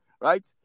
Right